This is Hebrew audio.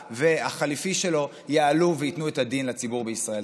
והחליפי שלו יעלו וייתנו את הדין לציבור בישראל.